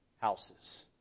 houses